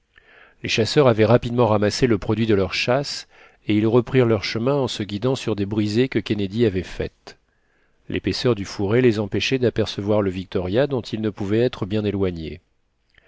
les chasseurs avaient rapidement ramassé le produit de leur chasse et ils reprirent le chemin en se guidant sur des brisées que kennedy avait faites l'épaisseur du fourré les empêchait d'apercevoir le victoria dont ils ne pouvaient être bien éloignés